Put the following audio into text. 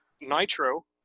nitro